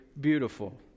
beautiful